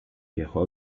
viajó